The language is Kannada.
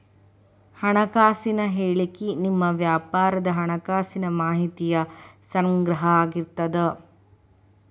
ಹಣಕಾಸಿನ ಹೇಳಿಕಿ ನಿಮ್ಮ ವ್ಯಾಪಾರದ್ ಹಣಕಾಸಿನ ಮಾಹಿತಿಯ ಸಂಗ್ರಹ ಆಗಿರ್ತದ